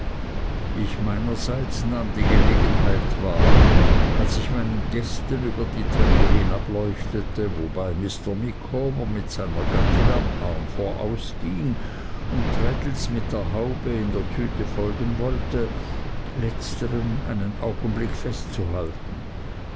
ich meinerseits nahm die gelegenheit wahr als ich meinen gästen über die treppe hinableuchtete wobei mr micawber mit seiner gattin am arm vorausging und traddles mit der haube in der tüte folgen wollte letzteren einen augenblick festzuhalten